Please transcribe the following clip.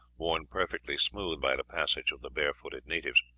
worn perfectly smooth by the passage of the barefooted natives.